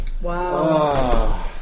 wow